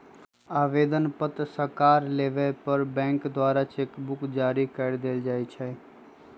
आवेदन पत्र सकार लेबय पर बैंक द्वारा चेक बुक जारी कऽ देल जाइ छइ